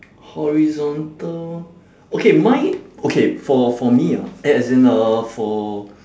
horizontal okay mine okay for for me ah as in uh for